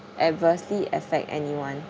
ad~ adversely affect anyone